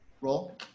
roll